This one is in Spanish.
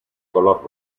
color